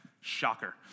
Shocker